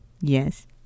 Yes